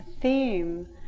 theme